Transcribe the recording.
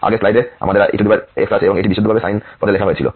আগের স্লাইডে আমাদের ex আছে এবং এটি বিশুদ্ধভাবে সাইন পদে লেখা হয়েছিল